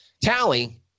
Tally